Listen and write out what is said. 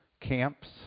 camps